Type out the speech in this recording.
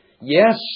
Yes